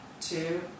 two